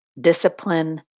discipline